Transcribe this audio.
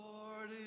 Lord